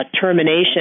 termination